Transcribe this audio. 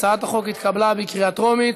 הצעת החוק התקבלה בקריאה טרומית